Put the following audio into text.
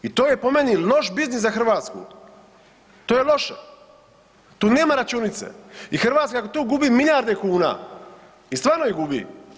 I to je po meni loš biznis za Hrvatsku, to je loše, tu nema računice i Hrvatska tu gubi milijarde kuna i stvarno ih gubi.